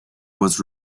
was